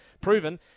proven